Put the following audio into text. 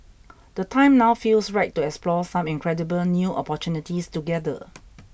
the time now feels right to explore some incredible new opportunities together